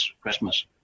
Christmas